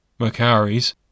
Macaris